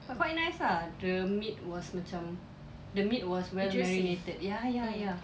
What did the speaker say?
but quite nice ah the meat was macam the meat was well marinated ya ya ya